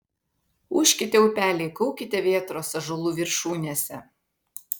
ūžkite upeliai kaukite vėtros ąžuolų viršūnėse